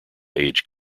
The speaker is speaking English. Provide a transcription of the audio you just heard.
age